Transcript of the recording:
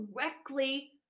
directly